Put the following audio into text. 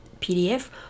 PDF